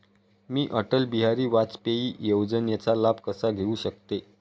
मी अटल बिहारी वाजपेयी योजनेचा लाभ कसा घेऊ शकते?